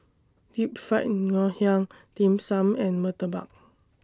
Deep Fried Ngoh Hiang Dim Sum and Murtabak